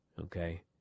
Okay